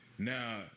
Now